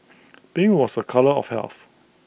pink was A colour of health